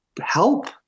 help